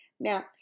Now